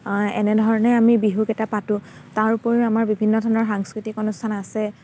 এনেধৰণে আমি বিহুকেইটা পাতোঁ তাৰোপৰিও আমাৰ বিভিন্ন ধৰণৰ সংস্কৃতিক অনুষ্ঠান আছে